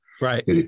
right